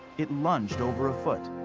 it lunged over a foot.